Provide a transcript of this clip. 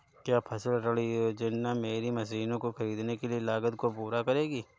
क्या फसल ऋण योजना मेरी मशीनों को ख़रीदने की लागत को पूरा करेगी?